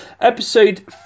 Episode